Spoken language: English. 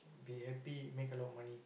be happy make a lot of money